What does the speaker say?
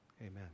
Amen